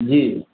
जी